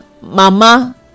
Mama